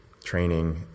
training